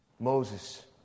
Moses